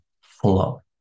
flow